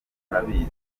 murabizi